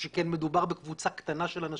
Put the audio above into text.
שכן מדובר בקבוצה קטנה של אנשים,